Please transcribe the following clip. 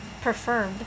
preferred